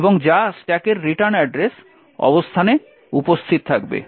এবং যা স্ট্যাকের রিটার্ন অ্যাড্রেস অবস্থানে উপস্থিত থাকবে